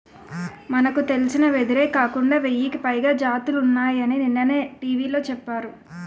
మనకు తెలిసిన వెదురే కాకుండా వెయ్యికి పైగా జాతులున్నాయని నిన్ననే టీ.వి లో చెప్పారు